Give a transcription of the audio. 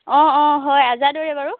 অ অ হয় আজাদৰে বাৰু